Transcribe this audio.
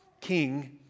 King